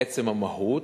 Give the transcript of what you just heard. לעצם המהות.